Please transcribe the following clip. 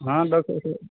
ہاں بس ایسے